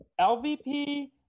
LVP